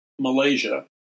Malaysia